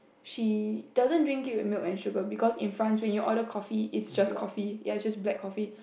she doesn't drink it with milk and sugar because in France when you order coffee it's just coffee ya just black coffee